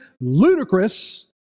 ludicrous